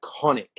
iconic